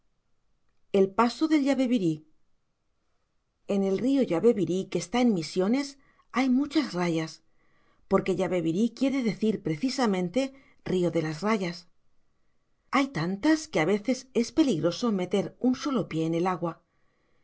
cariño en el lomo en el río yabebirí que está en misiones hay muchas rayas porque yabebirí quiere decir precisamente río de las rayas hay tantas que a veces es peligroso meter un solo pie en el agua